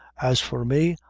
as for me,